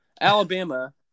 Alabama